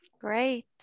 great